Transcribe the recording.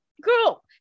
Girl